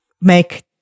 make